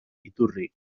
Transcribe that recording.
iturri